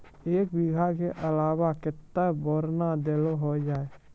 एक बीघा के अलावा केतना बोरान देलो हो जाए?